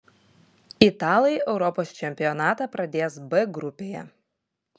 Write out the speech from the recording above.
italai europos čempionatą pradės b grupėje